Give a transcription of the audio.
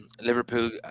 Liverpool